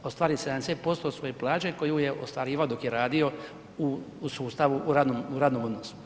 Ostvari 70% svoje plaće koju je ostvarivao dok je radio u sustavu, u radnom odnosu.